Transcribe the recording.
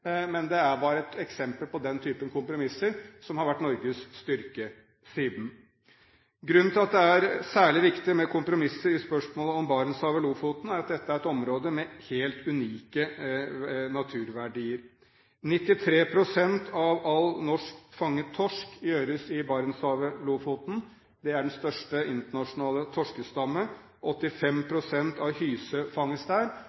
Men det er et eksempel på den slags kompromisser som har vært Norges styrke siden. Grunnen til at det er særlig viktig med kompromisser i spørsmålet om Barentshavet og Lofoten, er at dette er et område med helt unike naturverdier. 93 pst. av all norsk fanget torsk fanges i Barentshavet/Lofoten. Det er den største internasjonale torskestamme. 85